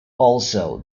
also